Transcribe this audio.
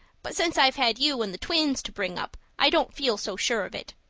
but since i've had you and the twins to bring up i don't feel so sure of it.